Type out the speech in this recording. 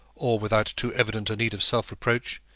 or without too evident a need of self-reproach,